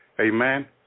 Amen